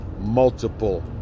multiple